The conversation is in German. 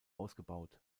ausgebaut